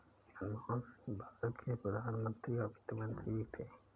मनमोहन सिंह भारत के प्रधान मंत्री और वित्त मंत्री भी थे